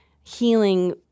healing